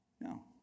No